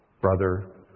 brother